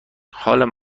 حالم